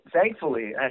thankfully